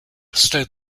state